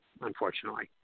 unfortunately